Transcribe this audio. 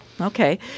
Okay